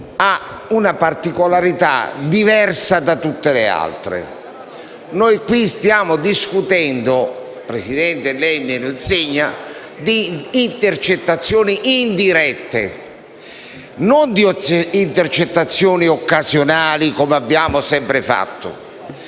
ha una particolarità che la rende diversa da tutte le altre. Noi qui stiamo discutendo, signor Presidente, lei me lo insegna, di intercettazioni indirette, non di intercettazioni occasionali, come abbiamo sempre fatto.